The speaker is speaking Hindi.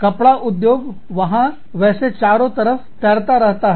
कपड़ा उद्योग जहां वैसे चारों तरफ तैरता रहता हैं